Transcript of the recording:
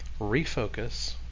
refocus